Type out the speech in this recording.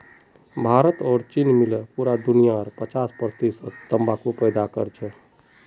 भारत और चीन मिले पूरा दुनियार पचास प्रतिशत तंबाकू पैदा करछेक